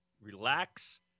Relax